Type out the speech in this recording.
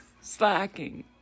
Slacking